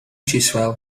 chiswell